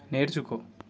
నేర్చుకో